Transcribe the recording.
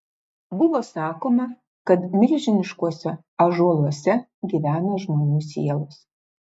buvo sakoma kad milžiniškuose ąžuoluose gyvena žmonių sielos